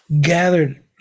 gathered